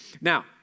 Now